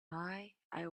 i—i